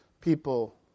people